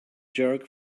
jerk